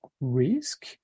risk